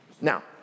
Now